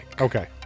Okay